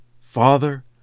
Father